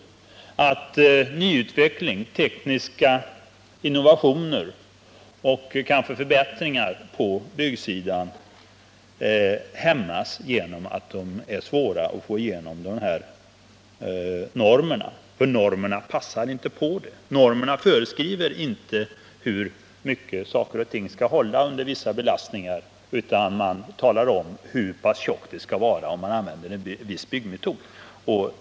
Det innebär att nyutveckling, tekniska innovationer och förbättringar på byggsidan hämmas. Normerna passar inte för det. Normerna föreskriver t.ex. inte vilka belastningar olika delar skall hålla för, utan de reglerar hur tjocka delarna skall vara om man använder en viss byggmetod.